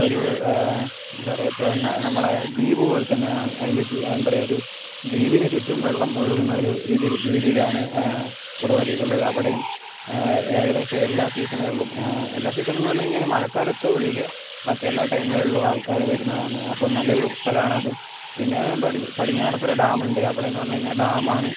ഒരു എന്താണ് പറയുക ഇപ്പോൾ നമ്മളെ ദ്വീപ് പോലെത്തന്നെ അതിൻ്റെ ചു എന്താണ് പറയുക ഒരു ദ്വീപിന് ചുറ്റും വെള്ളം ഒഴുകുന്ന ഒരു ഇതിൽ രീതിയിലാണ് കുറുവ ദ്വീപ് ഉള്ളത് അവിടെയും ഏകദേശം എല്ലാ സീസണുകളിലും എല്ലാ സീസണെന്ന് പറഞ്ഞുകഴിഞ്ഞാൽ മഴക്കാലത്ത് ഒഴികെ ബാക്കി എല്ലാ ടൈമുകളിലും ആൾക്കാർ വരുന്നതാണ് അപ്പോൾ നല്ലൊരു സ്ഥലമാണ് അതും പിന്നെ പടി പടിഞ്ഞാറത്തറ ഡാം ഉണ്ട് അവിടെയെന്ന് പറഞ്ഞുകഴിഞ്ഞാൽ ഡാം ആണ്